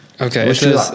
okay